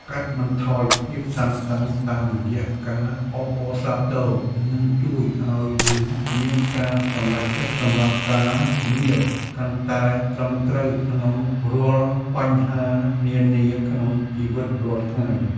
កាត់បន្ថយភាពតានតឹងតាមរយៈការអបអរសាទរនឹងជួយឱ្យយើងមានការសម្រេចចិត្តសម្រាប់ការងារកាន់តែត្រឹមត្រូវក្នុងរាល់បញ្ហានានាក្នុងជីវិតរាល់ថ្ងៃ។